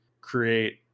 create